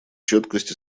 четкость